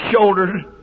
shouldered